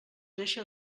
deixa